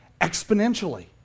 exponentially